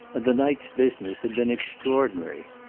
and the night's business had been extraordinary.